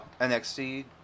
NXT